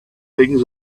things